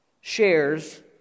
shares